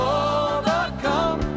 overcome